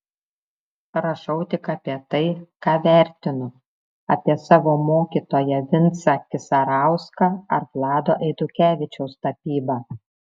rašau tik apie tai ką vertinu apie savo mokytoją vincą kisarauską ar vlado eidukevičiaus tapybą